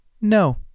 No